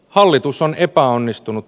hallitus on epäonnistunut